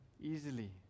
easily